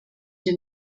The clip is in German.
den